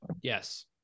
Yes